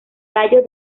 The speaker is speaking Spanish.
tallo